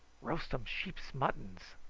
roastum sheep's muttons.